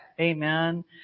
Amen